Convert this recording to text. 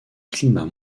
climat